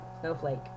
Snowflake